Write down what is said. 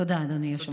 תודה, אדוני היושב-ראש.